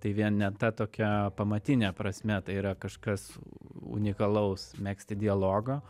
tai vien ne ta tokia pamatine prasme tai yra kažkas unikalaus megzti dialogą